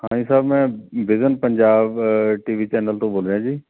ਹਾਂਜੀ ਸਾਹਿਬ ਮੈਂ vision Punjab T V channel ਤੋਂ ਬੋਲ ਰਿਹਾ ਜੀ